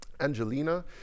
Angelina